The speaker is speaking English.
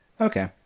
Okay